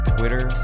Twitter